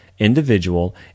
individual